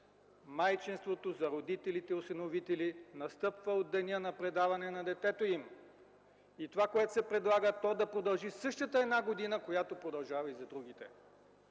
Майчинството за родителите-осиновители настъпва от деня на предаване на детето им. Това, което се предлага, е то да продължи същата една година, която продължава и за другите.